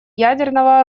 ядерного